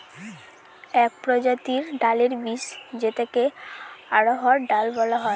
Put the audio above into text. এক প্রজাতির ডালের বীজ যেটাকে অড়হর ডাল বলে